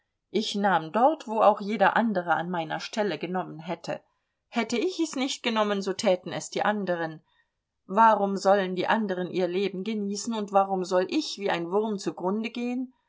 ich nahm dort wo auch jeder andere an meiner stelle genommen hätte hätte ich es nicht genommen so täten es die anderen warum sollen die anderen ihr leben genießen und warum soll ich wie ein wurm zugrunde gehen